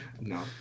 No